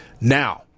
now